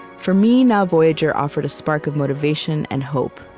for me, now, voyager offered a spark of motivation and hope,